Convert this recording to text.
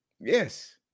Yes